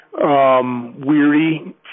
Weary